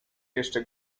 jeszcze